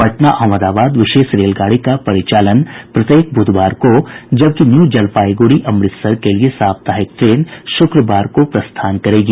पटना अहमदाबाद विशेष रेलगाड़ी का परिचालन प्रत्येक बुधवार को जबकि न्यूजलपाईगुड़ी अमृतसर के लिए साप्ताहिक ट्रेन शुक्रवार को प्रस्थान करेगी